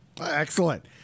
excellent